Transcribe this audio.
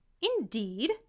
Indeed